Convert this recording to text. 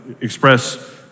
express